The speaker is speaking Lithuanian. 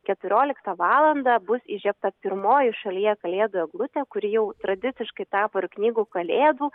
keturioliktą valandą bus įžiebta pirmoji šalyje kalėdų eglutė kuri jau tradiciškai tapo ir knygų kalėdų